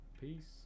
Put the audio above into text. peace